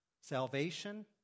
Salvation